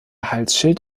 halsschild